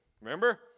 Remember